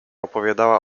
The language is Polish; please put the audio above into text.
opowiada